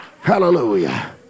hallelujah